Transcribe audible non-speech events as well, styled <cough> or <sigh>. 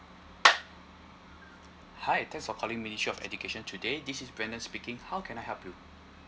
<noise> hi thanks for calling ministry of education today this is brandon speaking how can I help you